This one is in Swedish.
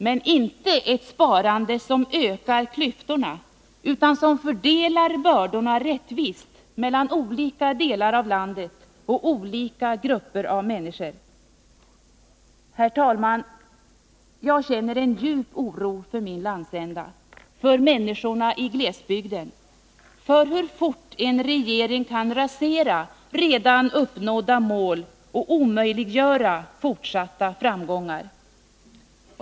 Men det skall inte vara ett sparande som ökar klyftorna utan ett sparande som fördelar bördorna rättvist mellan olika delar av landet och olika grupper av människor. Herr talman! Jag känner en djup oro för min landsända, för människorna i glesbygden och för hur fort en regering kan rasera redan uppnådda mål och omöjliggöra fortsatta framgångar.